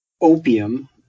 opium